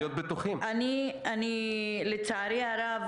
תודה רבה.